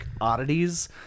oddities